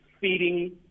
feeding